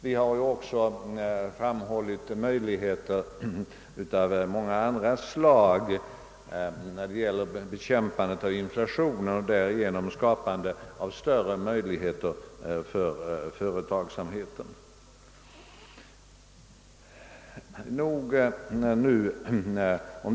Vi har också pekat på möjligheter av många andra slag när det gäller inflationsbekämpandet och därigenom tillskapandet av bättre villkor för företagsamheten.